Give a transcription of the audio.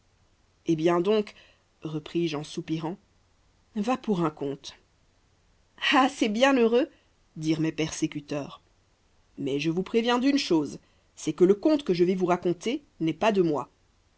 eh bien donc repris-je en soupirant va pour un conte ah c'est bien heureux dirent mes persécuteurs mais je vous préviens d'une chose c'est que le conte que je vais vous raconter n'est pas de moi